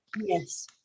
Yes